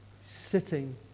Sitting